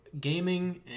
gaming